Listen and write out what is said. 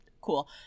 cool